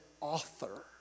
author